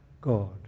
God